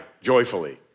joyfully